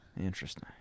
Interesting